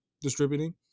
distributing